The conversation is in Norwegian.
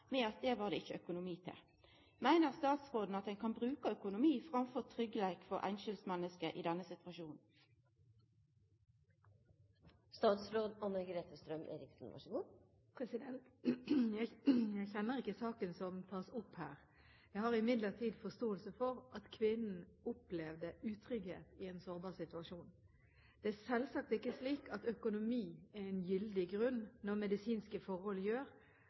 med at det var det ikkje økonomi til. Meiner statsråden at ein kan bruka økonomi framfor tryggleik for einskildmenneske i denne situasjonen?» Jeg kjenner ikke saken som tas opp her. Jeg har imidlertid forståelse for at kvinnen opplevde utrygghet i en sårbar situasjon. Det er selvsagt ikke slik at økonomi er en gyldig grunn når medisinske forhold gjør